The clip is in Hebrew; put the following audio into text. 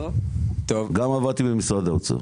וגם עבדתי במשרד האוצר.